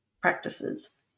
practices